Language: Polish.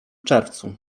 czerwcu